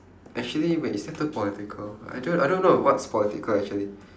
actually wait is that too political I don't I don't know what's political actually